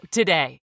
today